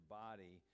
body